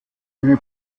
eine